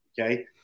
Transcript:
Okay